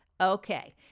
Okay